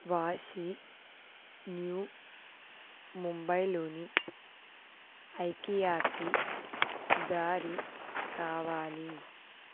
Vashi new ముంబైలోని ఐకియాకి దారి కావాలి